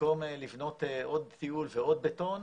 במקום לבנות עוד תיעול ועוד בטון,